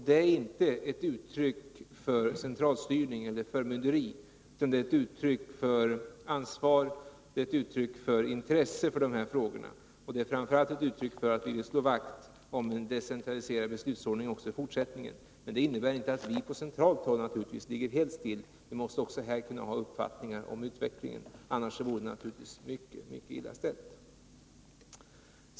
Detta är inte ett uttryck för att man vill utöva centralstyrning eller förmynderi, utan för att man känner ansvar och intresse för de här frågorna. Framför allt är det ett uttryck för att man vill slå vakt om den decentraliserade beslutsordningen också i fortsättningen. Men det innebär givetvis inte att vi på centralt håll skall vara helt passiva. Vi måste också här kunna ha uppfattningar om utvecklingen — annars vore det mycket illa ställt.